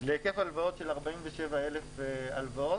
להיקף של 47,000 הלוואות.